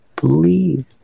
believe